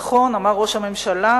נכון אמר ראש הממשלה,